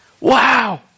Wow